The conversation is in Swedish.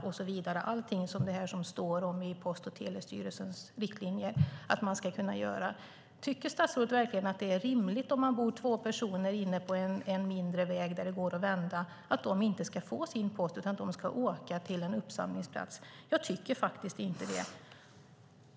Det är fråga om allt sådant som det står i Post och telestyrelsens riktlinjer att brevbäraren ska kunna göra. Tycker statsrådet att det är rimligt att två personer som bor vid en mindre väg där det går att vända inte ska få sin post utan att de ska åka till en uppsamlingsplats? Jag tycker inte det.